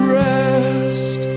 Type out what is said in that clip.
rest